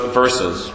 verses